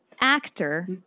actor